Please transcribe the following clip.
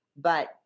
But-